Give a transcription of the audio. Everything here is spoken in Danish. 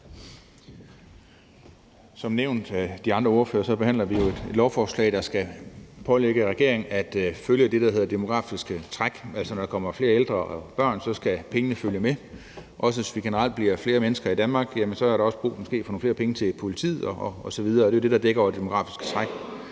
Som nævnt af de andre ordførere behandler vi jo et lovforslag, der skal pålægge regeringen at følge det, der hedder det demografiske træk, altså at når der kommer flere ældre og børn, skal pengene følge med. Og hvis vi generelt bliver flere mennesker i Danmark, er der måske også brug for nogle flere penge til politiet osv. Det er det, der dækker over det demografiske træk.